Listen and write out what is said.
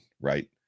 right